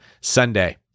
Sunday